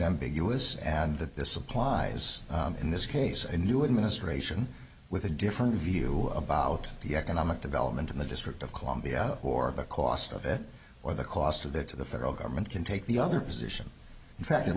ambiguous and that this applies in this case a new administration with a different view about the economic development in the district of columbia or the cost of it or the cost of that to the federal government can take the other position in fact it